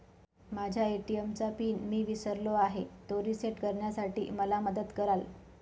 माझ्या ए.टी.एम चा पिन मी विसरलो आहे, तो रिसेट करण्यासाठी मला मदत कराल?